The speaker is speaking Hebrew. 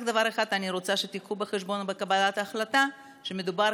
רק דבר אחד אני רוצה שתביאו בחשבון בקבלת ההחלטה: מדובר